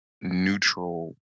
neutral